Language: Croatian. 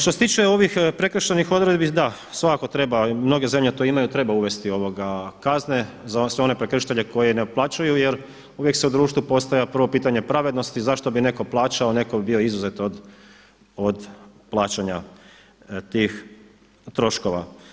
Što se tiče ovih prekršajnih odredbi, da, svakako treba, mnoge zemlje to imaju, treba uvesti kazne za sve one prekršitelje koji ne otplaćuju jer uvijek se u društvu postavlja prvo pitanje pravednosti zašto bi netko plaćao a netko bi bio izuzet od plaćanja tih troškova.